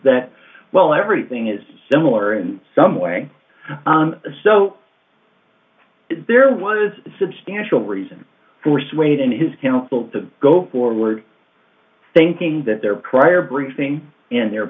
that well everything is similar in some way so there was substantial reason for swayed in his counsel to go forward thinking that their prior briefing and the